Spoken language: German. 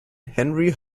henry